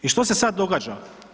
I što se sad događa?